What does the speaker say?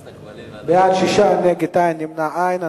בעד, 6, נגד, אין, נמנעים, אין.